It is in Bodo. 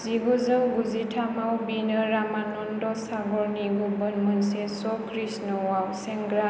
जिगुजौ गुजिथामाव बिनो रामानन्द सागरनि गुबुन मोनसे श' कृष्णआव सेंग्रा